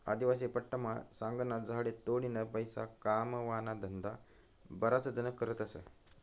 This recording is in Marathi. आदिवासी पट्टामा सागना झाडे तोडीन पैसा कमावाना धंदा बराच जण करतस